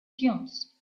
dunes